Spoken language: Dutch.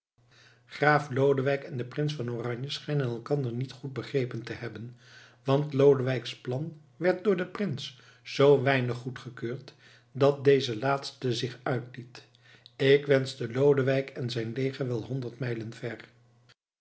graaf lodewijk en de prins van oranje schijnen elkander niet goed begrepen te hebben want lodewijks plan werd door den prins z weinig goedgekeurd dat deze laatste zich uitliet ik wenschte lodewijk en zijn leger wel honderd mijlen ver